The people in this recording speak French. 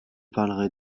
parlerai